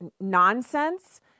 nonsense